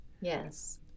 Yes